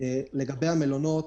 לגבי המלונות